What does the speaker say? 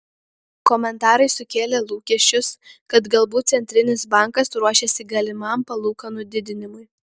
komentarai sukėlė lūkesčius kad galbūt centrinis bankas ruošiasi galimam palūkanų didinimui